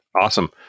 Awesome